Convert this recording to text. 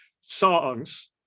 songs